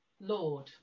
Lord